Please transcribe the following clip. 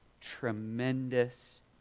tremendous